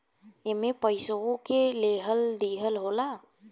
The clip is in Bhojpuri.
एईमे पइसवो के लेहल दीहल होला